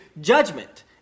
judgment